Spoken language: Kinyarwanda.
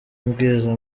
ambwira